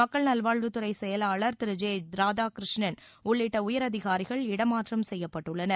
மக்கள் நல்வாழ்வுத்துறைச் செயலாளர் திருஜெராதாகிருஷ்ணன் உள்ளிட்ட உயர் அதிகாரிகள் இடமாற்றம் செய்யப்பட்டுள்ளனர்